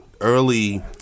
early